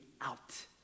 out